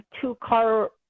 two-car